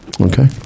Okay